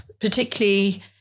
particularly